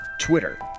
Twitter